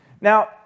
Now